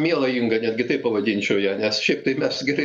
miela inga netgi taip pavadinčiau ją nes šiaip tai mes gerai